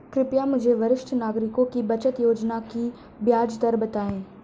कृपया मुझे वरिष्ठ नागरिकों की बचत योजना की ब्याज दर बताएं